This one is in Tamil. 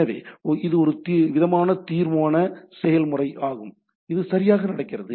எனவே இது ஒருவிதமான தீர்மான செயல்முறை ஆகும் இது சரியாக நடக்கிறது